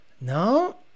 No